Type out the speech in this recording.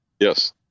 Yes